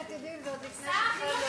פרויקט "עתידים" זה עוד לפני שהוא בכלל נולד,